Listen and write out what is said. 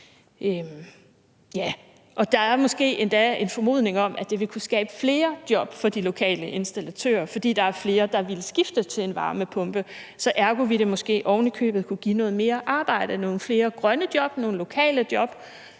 Der er måske endda en formodning om, at det ville kunne skabe flere job for de lokale installatører, fordi der så var flere, der ville skifte til en varmepumpe. Ergo ville det måske ovenikøbet kunne give noget mere arbejde, nogle flere grønne job, nogle lokale job,